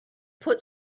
put